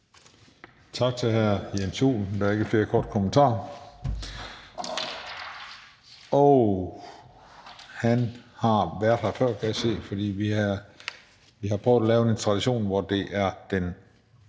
Tak til hr. Jens Joel. Der er ikke flere korte bemærkninger. Og han har stået her før, kan jeg se, for vi har prøvet at indføre den tradition, at det er den